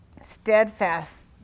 Steadfast